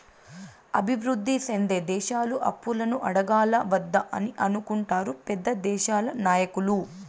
అభివృద్ధి సెందే దేశాలు అప్పులను అడగాలా వద్దా అని అనుకుంటారు పెద్ద దేశాల నాయకులు